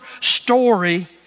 story